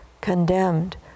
condemned